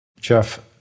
Jeff